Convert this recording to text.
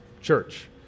church